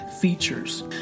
features